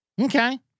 Okay